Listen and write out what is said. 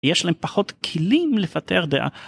יש להם פחות כלים לפתח דעה.